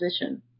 vision